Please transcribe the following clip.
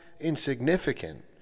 insignificant